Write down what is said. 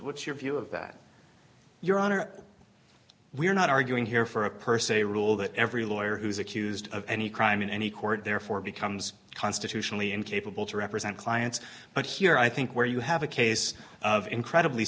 what's your view of that your honor we're not arguing here for a per se rule that every lawyer who's accused of any crime in any court therefore becomes constitutionally incapable to represent clients but here i think where you have a case of incredibly